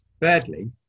Thirdly